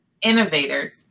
innovators